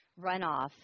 runoff